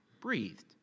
breathed